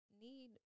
need